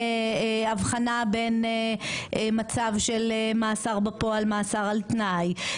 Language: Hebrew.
הבחנה בין מצב של מאסר בפועל למאסר על תנאי,